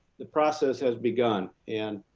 the progress has begun and